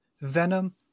Venom